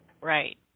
Right